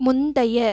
முந்தைய